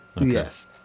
Yes